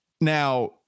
Now